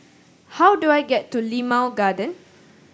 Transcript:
how do I get to Limau Garden